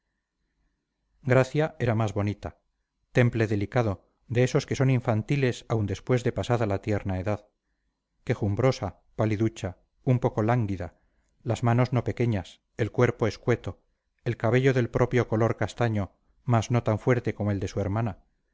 gracia era más bonita temple delicado de esos que son infantiles aun después de pasada la tierna edad quejumbrosa paliducha un poco lánguida las manos no pequeñas el cuerpo escueto el cabello del propio color castaño mas no tan fuerte como el de su hermana